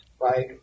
right